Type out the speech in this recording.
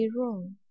wrong